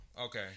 okay